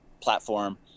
platform